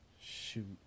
Shoot